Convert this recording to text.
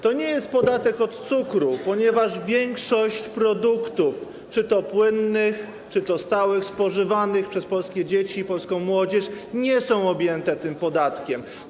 To nie jest podatek od cukru, ponieważ większość produktów, czy to płynnych, czy to stałych, spożywanych przez polskie dzieci, polską młodzież nie jest nim objęta.